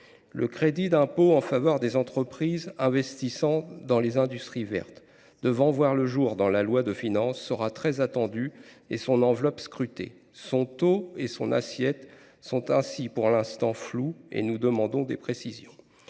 Le crédit d’impôt en faveur des entreprises investissant dans les industries vertes, qui verra le jour dans la loi de finances, sera très attendu et son enveloppe, scrutée. Son taux et son assiette sont, pour l’instant, flous et nous demandons des précisions